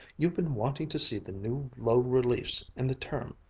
you've been wanting to see the new low reliefs in the terme,